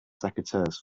secateurs